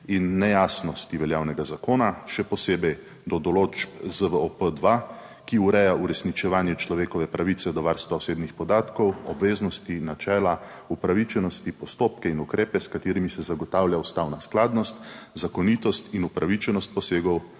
in nejasnosti veljavnega zakona, še posebej do določb ZVOP-2, ki ureja uresničevanje človekove pravice do varstva osebnih podatkov, obveznosti, načela upravičenosti, postopke in ukrepe, s katerimi se zagotavlja ustavna skladnost, zakonitost in upravičenost posegov